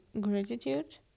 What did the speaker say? gratitude